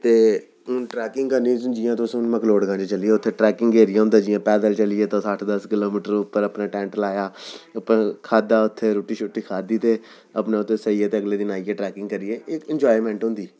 ते ते हून ट्रैकिंग करनी जि'यां तुस मैक्लोडगंज चली जाओ उत्थें ट्रैकिंग एरिया होंदा जि'यां पैदल चलियै अट्ठ दस किलोमीटर उप्पर अपने टैंट लाया उप्पर खाद्दा उत्थें रुट्टी शुट्टी खाद्दी ते अपने उत्थें सेइयै ते अगले दिन आइये ट्रैकिंग करियै एह् इक एंजॉयमेंट होंदी